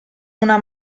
una